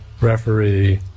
referee